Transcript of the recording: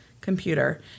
computer